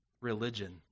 religion